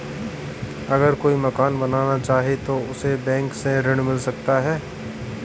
अगर कोई मकान बनाना चाहे तो उसे बैंक से ऋण मिल सकता है?